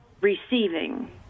receiving